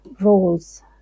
roles